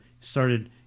started